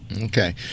Okay